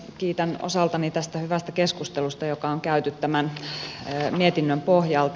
kiitän osaltani tästä hyvästä keskustelusta joka on käyty tämän mietinnön pohjalta